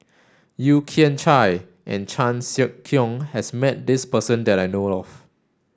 Yeo Kian Chai and Chan Sek Keong has met this person that I know of